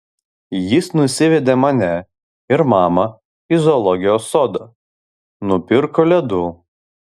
jis nusivedė mane ir mamą į zoologijos sodą nupirko ledų